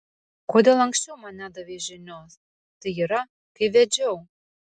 kodėl anksčiau man nedavei žinios tai yra kai vedžiau